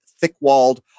thick-walled